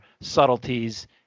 subtleties